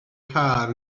car